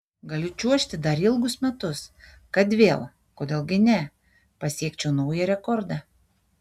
galiu čiuožti dar ilgus metus kad vėl kodėl gi ne pasiekčiau naują rekordą